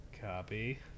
Copy